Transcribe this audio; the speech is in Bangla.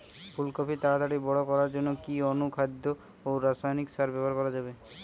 ফুল কপি তাড়াতাড়ি বড় করার জন্য কি অনুখাদ্য ও রাসায়নিক সার ব্যবহার করা যাবে?